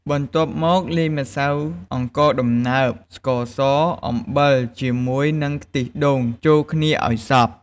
បន្ទាប់មកលាយម្សៅអង្ករដំណើប ស្ករស អំបិលជាមួយនឹងខ្ទិះដូងចូលគ្នាឱ្យសព្វ។